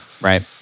right